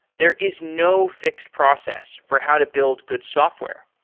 there is no fixed process for how to build good software.